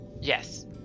yes